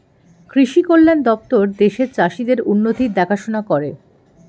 কৃষি কল্যাণ দপ্তর দেশের চাষীদের উন্নতির দেখাশোনা করে